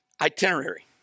itinerary